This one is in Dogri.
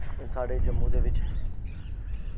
एह् साढ़े जम्मू दे बिच